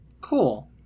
Cool